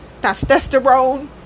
testosterone